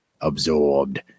Absorbed